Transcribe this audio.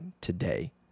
today